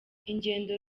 ingendo